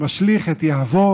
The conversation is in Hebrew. משליך את יהבו